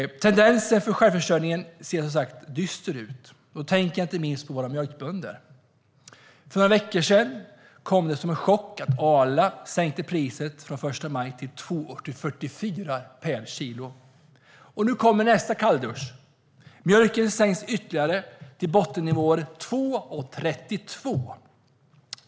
Tendensen för självförsörjningen ser, som sagt, dyster ut, och då tänker jag inte minst på våra mjölkbönder. För några veckor sedan kom det som en chock att Arla sänkte priset på mjölken från den 1 maj till 2,44 kronor per kilo. Nu kommer nästa kalldusch. Priset på mjölken sänks ytterligare till bottennivån 2,32 kronor.